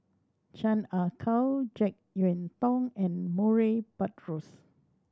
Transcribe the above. Chan Ah Kow Jek Yeun Thong and Murray Buttrose